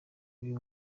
ibi